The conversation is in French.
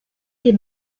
ses